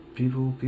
people